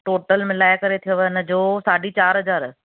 total मिलाए करे थियव इन जो साढी चारि हज़ार